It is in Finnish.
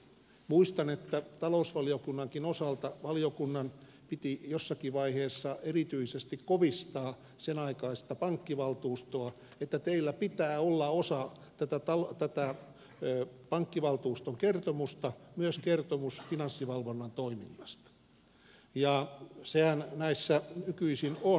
muistan että talousvaliokunnankin osalta valiokunnan piti jossakin vaiheessa erityisesti kovistaa senaikaista pankkivaltuustoa että teillä pitää olla osana tätä pankkivaltuuston kertomusta myös kertomus finanssivalvonnan toiminnasta ja sehän näissä nykyisin on